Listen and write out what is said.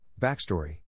Backstory